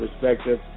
perspective